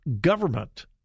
government